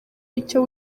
icyo